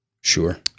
Sure